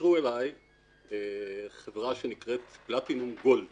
התקשרו אלי חברה שנקראת פלטינום גולד